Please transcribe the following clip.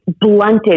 blunted